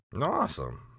Awesome